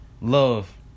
Love